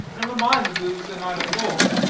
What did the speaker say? never mind the booze the night afore.